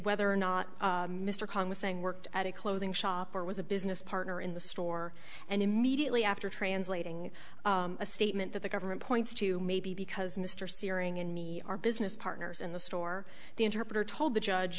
whether or not mr khan was saying worked at a clothing shop or was a business partner in the store and immediately after translating a statement that the government points to maybe because mr sering and me are business partners in the store the interpreter told the judge